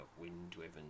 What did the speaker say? wind-driven